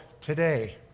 today